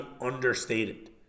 understated